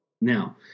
now